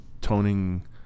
toning